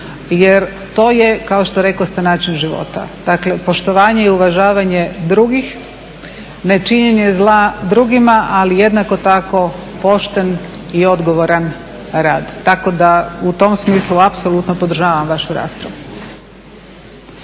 Jer to je kao što rekoste način života. Dakle poštovanje i uvažavanje drugih, ne činjenje zla drugima ali jednako tak pošten i odgovoran rad. Tako da u tom smislu apsolutno podržavam vašu raspravu.